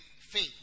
faith